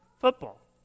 football